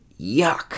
yuck